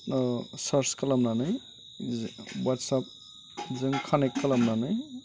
search खालामनानै वाट्सएपजों connect खालामनानै